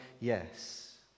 yes